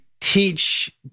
teach